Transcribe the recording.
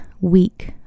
weak